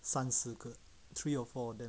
三四个 three or four